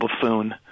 buffoon